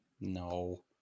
No